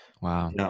Wow